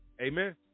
Amen